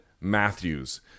Matthews